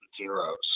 Zeros